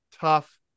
tough